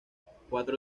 cuatro